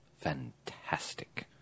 fantastic